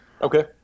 Okay